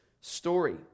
story